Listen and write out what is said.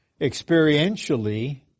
experientially